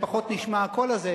שפחות נשמע הקול הזה,